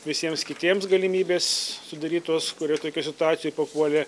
visiems kitiems galimybės sudarytos kurios tokioj situacijoj papuolė